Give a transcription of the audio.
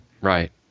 Right